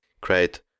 great